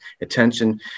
attention